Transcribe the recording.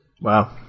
Wow